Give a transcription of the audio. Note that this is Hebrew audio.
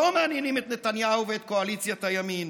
לא מעניינים את נתניהו ואת קואליציית הימין.